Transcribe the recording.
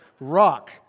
rock